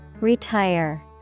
Retire